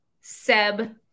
Seb